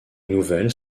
nouvelles